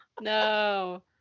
no